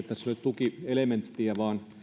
tukielementtiä vaan